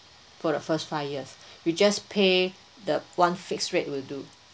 for the first five years you just pay the one fixed rate will do